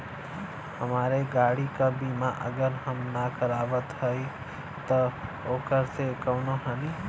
हमरे गाड़ी क बीमा अगर हम ना करावत हई त ओकर से कवनों हानि?